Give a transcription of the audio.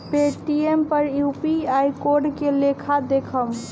Paytm पर UPI code के लेखा देखम?